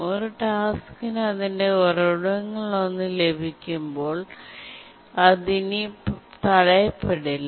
ഒരു ടാസ്ക്കിന് അതിന്റെ ഉറവിടങ്ങളിലൊന്ന് ലഭിക്കുമ്പോൾ അത് ഇനി തടയപ്പെടില്ല